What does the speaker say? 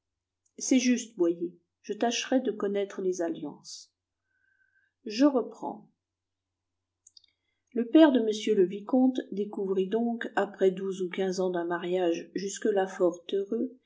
c'est juste boyer je tâcherai de connaître les alliances je reprends le père de m le vicomte découvrit donc après douze ou quinze ans d'un mariage jusque-là fort heureux